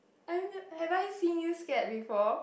I don't know have I seen you scare before